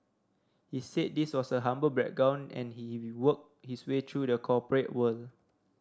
he said this was a humble background and he worked his way through the corporate world